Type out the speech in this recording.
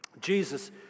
Jesus